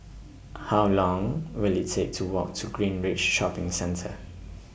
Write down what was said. How Long Will IT Take to Walk to Greenridge Shopping Centre